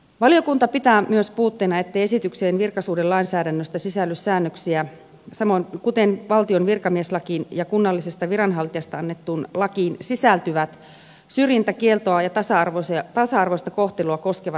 valiokunta pitää myös puutteena ettei esitykseen virkasuhdelainsäädännöstä sisälly säännöksiä kuten valtion virkamieslakiin ja kunnallisesta viranhaltijasta annettuun lakiin sisältyvät syrjintäkieltoa ja tasa arvoista kohtelua koskevat säännökset